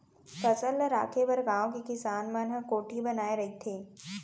फसल ल राखे बर गाँव के किसान मन ह कोठी बनाए रहिथे